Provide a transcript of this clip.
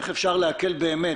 איך אפשר להקל באמת,